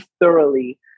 thoroughly